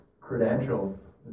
credentials